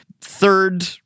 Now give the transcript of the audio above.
Third